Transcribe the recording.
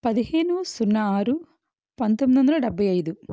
పదిహేను సున్నా ఆరు పంతొమ్మిది వందల డెబ్బై ఐదు